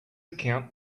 account